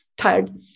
tired